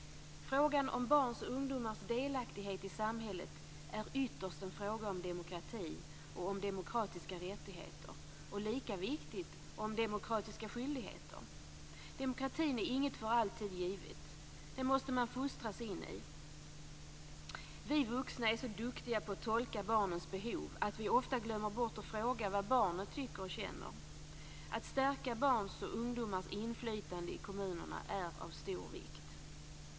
Frågan om barns och ungdomars delaktighet i samhället är ytterst en fråga om demokrati, om demokratiska rättigheter och, vilket är lika viktigt, om demokratiska skyldigheter. Demokratin är inget för alltid givet. Den måste man fostras in i. Vi vuxna är så duktiga på att tolka barnens behov att vi ofta glömmer bort att fråga vad barnet tycker och känner. Att stärka barns och ungdomars inflytande i kommunerna är av stor vikt.